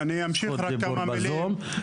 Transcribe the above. זכות דיבור בזום,